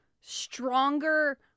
stronger